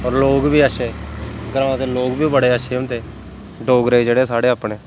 होर लोक बी अच्छे ग्रांऽ लोक बी बड़े अच्छे होंदे डोगरे जेह्ड़े साढ़े अपने